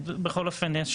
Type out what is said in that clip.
בכל אופן,